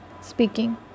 speaking